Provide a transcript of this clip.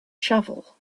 shovel